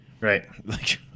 Right